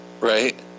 Right